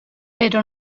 pero